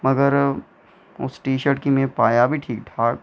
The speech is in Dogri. मगर उस टी शर्ट गी पाया बी ठीक ठाक